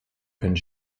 können